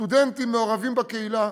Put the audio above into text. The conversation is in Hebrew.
הסטודנטים מעורבים בקהילה,